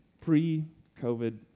pre-COVID